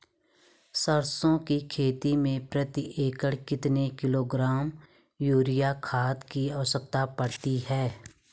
सरसों की खेती में प्रति एकड़ कितने किलोग्राम यूरिया खाद की आवश्यकता पड़ती है?